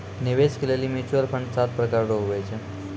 निवेश के लेली म्यूचुअल फंड सात प्रकार रो हुवै छै